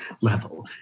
level